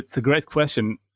it's a great question.